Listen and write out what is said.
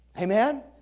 Amen